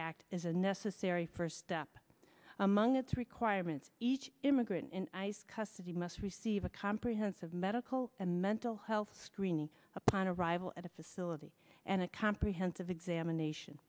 act is a necessary first step among its requirements each immigrant in ice custody must receive a comprehensive medical and mental health screening upon arrival at a facility and a comprehensive examination